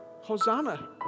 Hosanna